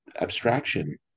abstraction